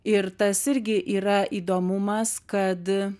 ir tas irgi yra įdomumas kad